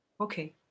Okay